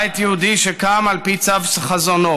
בית יהודי שקם על פי צו חזונו.